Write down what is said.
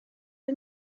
yng